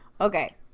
Okay